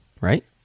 right